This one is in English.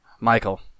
Michael